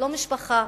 לא משפחה,